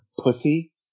pussy